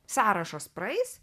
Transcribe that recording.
sąrašas praeis